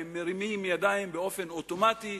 הם מרימים ידיים באופן אוטומטי,